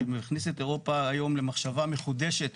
שמכניס את אירופה היום, למחשבה מחודשת,